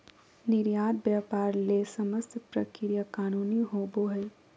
निर्यात व्यापार ले समस्त प्रक्रिया कानूनी होबो हइ